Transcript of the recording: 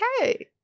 Okay